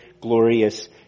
glorious